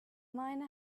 miner